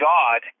God